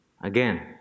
Again